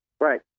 Right